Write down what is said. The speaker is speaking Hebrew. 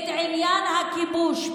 את עניין הכיבוש,